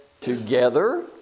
together